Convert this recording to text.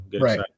Right